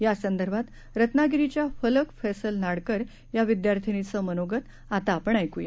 यासंदर्भात रत्नागिरीच्या फलक फैसल नाडकर या विद्यार्थींनीचे मनोगत आता आपण ऐकूया